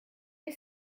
est